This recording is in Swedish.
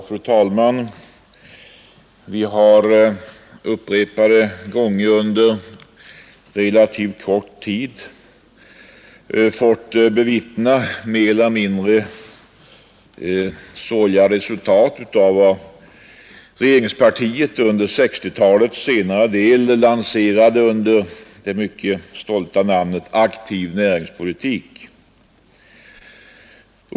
Fru talman! Vi har upprepade gånger under relativt kort tid fått bevittna mer eller mindre sorgliga resultat av vad regeringspartiet under 1960-talets senare del lanserade under det stolta namnet ”aktiv näringspolitik”.